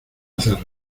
haces